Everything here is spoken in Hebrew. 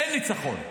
אין ניצחון.